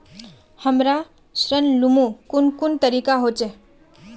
हमरा ऋण लुमू कुन कुन तरीका होचे?